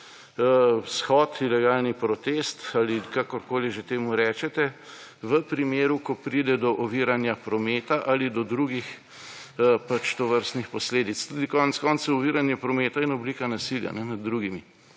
shod, ilegalni protest ali kakorkoli že temu rečete, v primeru, ko pride do oviranja prometa ali do drugih tovrstnih posledic. Tudi konec koncev oviranje prometa je oblika nasilja nad drugimi.